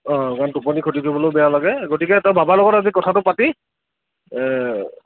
অঁ কাৰণ টোপনি ক্ষতি কৰিবলৈয়ো বেয়া লাগে গতিকে তই বাবাৰ লগত আজি কথাটো পাতি